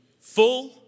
full